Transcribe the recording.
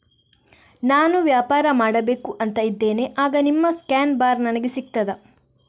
ನಾನು ವ್ಯಾಪಾರ ಮಾಡಬೇಕು ಅಂತ ಇದ್ದೇನೆ, ಆಗ ನಿಮ್ಮ ಸ್ಕ್ಯಾನ್ ಬಾರ್ ನನಗೆ ಸಿಗ್ತದಾ?